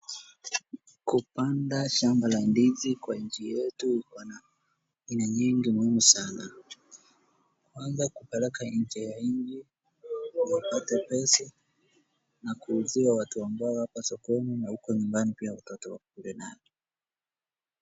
Kupanda shamba la ndizi kwa nchi yetu iko na umuhimu nyingi sana kwanza kupeleka nje ya nchi ndio upate pesa na kuuzia watu wa ambao hapa sokoni na huko nyumbani pia watoto wakule.